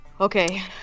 Okay